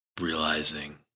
realizing